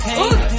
hey